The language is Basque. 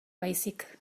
baizik